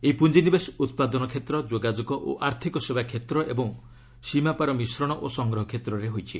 ଏହି ପୁଞ୍ଜିନିବେଶ ଉତ୍ପାଦନ କ୍ଷେତ୍ର ଯୋଗାଯୋଗ ଓ ଆର୍ଥିକ ସେବା କ୍ଷେତ୍ର ଏବଂ ସୀମାପାର୍ ମିଶ୍ରଣ ଓ ସଂଗ୍ରହ କ୍ଷେତ୍ରରେ ହୋଇଛି